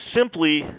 simply